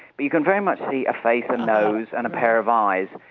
but you can very much see a face a nose and a pair of eyes.